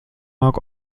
mark